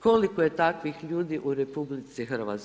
Koliko je takvih ljudi u RH?